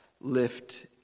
lift